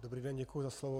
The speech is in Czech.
Dobrý den, děkuji za slovo.